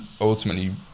ultimately